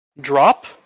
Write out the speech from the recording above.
drop